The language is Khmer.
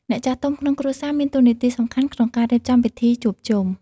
អ្នកចាស់ទុំំក្នុងគ្រួសារ មានតួនាទីសំខាន់ក្នុងការរៀបចំពិធីជួបជុំ។